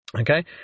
Okay